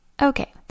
Okay